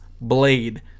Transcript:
Blade